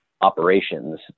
operations